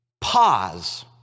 Pause